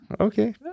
Okay